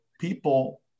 people